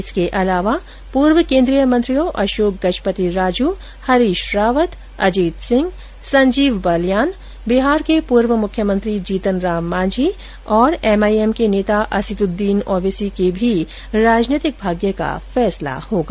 इसके अलावा पूर्व केन्द्रीय मंत्रियों अशोक गजपति राजू हरीश रावत अजीत सिंह संजीव बलयान बिहार के पूर्व मुख्यमंत्री जीतनराम मांझी और एमआईएम के नेता असीद्ददीन ओवैसी के भी राजनीतिक भाग्य का फैसला होगा